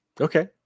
Okay